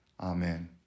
Amen